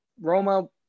Roma